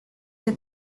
que